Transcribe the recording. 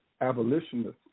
abolitionists